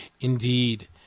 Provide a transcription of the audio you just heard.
Indeed